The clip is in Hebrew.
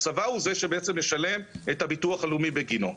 הצבא הוא זה שבעצם משלם את הביטוח הלאומי בגינו.